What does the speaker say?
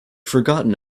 forgotten